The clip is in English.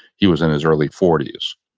he was in his early forty s.